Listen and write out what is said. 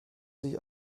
sich